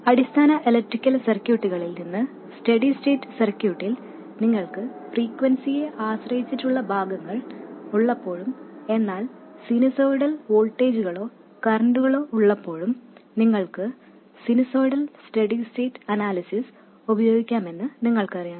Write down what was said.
അടിസ്ഥാന ഇലക്ട്രിക്കൽ സർക്യൂട്ടുകളിൽ നിന്ന് സ്റ്റെഡി സ്റ്റേറ്റ് സർക്യൂട്ടിൽ നിങ്ങൾക്ക് ഫ്രീക്വെൻസിയെ ആശ്രയിച്ചുള്ള ഭാഗങ്ങൾ ഉള്ളപ്പോഴും എന്നാൽ സിനുസോയ്ഡൽ വോൾട്ടേജുകളോ കറൻറുകളോ ഉള്ളപ്പോഴും നിങ്ങൾക്ക് സിനുസോയ്ഡൽ സ്റ്റെഡി സ്റ്റേറ്റ് അനാലിസിസ് ഉപയോഗിക്കാമെന്ന് നിങ്ങൾക്കറിയാം